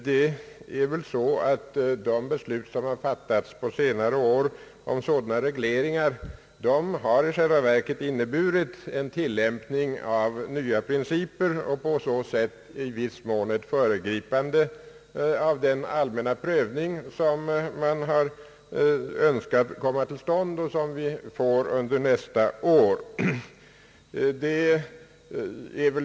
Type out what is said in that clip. De beslut om sådana regleringar, som fattats under senare år, har väl i själva verket inneburit en tillämpning av nya principer och i viss mån föregripit den allmänna prövning som man har önskat och som kommer till stånd nästa år.